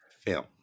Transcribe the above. film